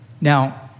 Now